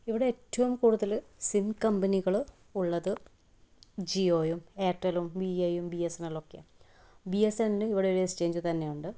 ഇവിടെ ഏറ്റവും കൂടുതൽ സിം കമ്പനികൾ ഉള്ളത് ജിയോയും ഏയർട്ടലും വി ഐ ഉം ബിയസെന്നലുംമൊക്കെയാണ് ബിയസെന്നലിനു ഇവിടെ ഒരു എക്സ്ചേഞ്ച് തന്നെ ഉണ്ട്